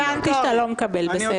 הבנתי שאתה לא מקבל, בסדר.